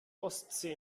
ostsee